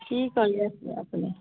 কি কৰি আছে আপুনি